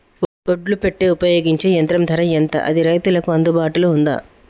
ఒడ్లు పెట్టే ఉపయోగించే యంత్రం ధర ఎంత అది రైతులకు అందుబాటులో ఉందా?